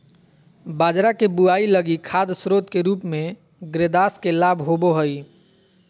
बाजरा के बुआई लगी खाद स्रोत के रूप में ग्रेदास के लाभ होबो हइ